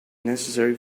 necessary